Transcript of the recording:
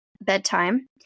bedtime